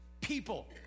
people